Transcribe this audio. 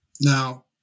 Now